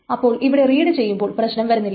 അപ്പോൾ ഇവിടെ റീഡ് ചെയ്യുമ്പോൾ പ്രശ്നം വരുന്നില്ല